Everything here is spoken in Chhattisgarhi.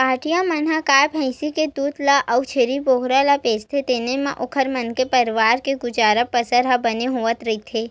पहाटिया मन ह गाय भइसी के दूद ल अउ छेरी बोकरा ल बेचथे तेने म ओखर मन के परवार के गुजर बसर ह बने होवत रहिथे